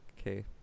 okay